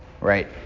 right